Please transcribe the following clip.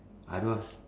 I go ask